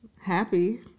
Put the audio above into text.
happy